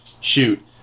Shoot